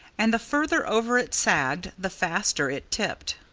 and the further over it sagged, the faster it tipped.